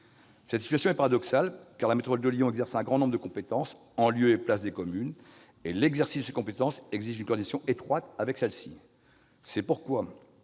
Cette situation est paradoxale, car la métropole de Lyon exerce un grand nombre de compétences en lieu et place des communes et l'exercice de ces compétences exige une coordination étroite avec celles-ci. C'est pourquoi,